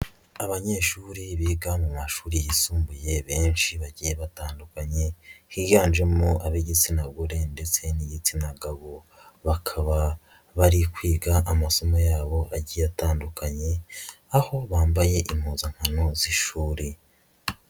Abanyeshuri biga mu mashuri yisumbuye benshi bagiye batandukanye higanjemo ab'igitsina gore ndetse n'igitsina gabo, bakaba bari kwiga amasomo yabo agiye atandukanye aho bambaye impuzankano z'ishuri.